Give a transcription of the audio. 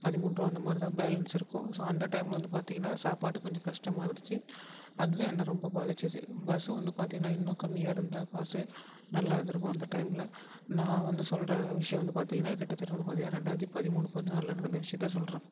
பதிமூன்ட்ரூபா அந்தமாரி தான் பேலன்ஸ் இருக்கும் ஸோ அந்த டைம்ல வந்து பார்த்தீங்கன்னா சாப்பாட்டுக்கு கொஞ்சம் கஷ்டமாக இருந்துச்சு அதுதான் என்னை ரொம்ப பாதிச்சது பஸ்ஸு வந்து பார்த்திங்கன்னா இன்னும் கம்மியாக இருந்தால் காசு நல்லா இருந்திருக்கும் அந்த டைம்ல நான் வந்து சொல்கிற விஷியம் வந்து பார்த்திங்கன்னா கிட்டத்தட்ட வந்து பார்த்திங்கன்னா ரெண்டாயிரத்தி பதிமூணு பதினாலில் நடந்த விஷயத்தை சொல்றேன்